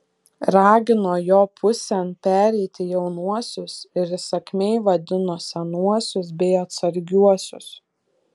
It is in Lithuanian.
ragino jo pusėn pereiti jaunuosius ir įsakmiai vadino senuosius bei atsargiuosius